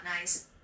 nice